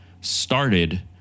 started